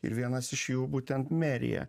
ir vienas iš jų būtent merija